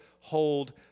hold